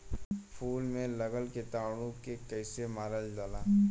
फूल में लगल कीटाणु के कैसे मारल जाला?